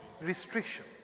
Restriction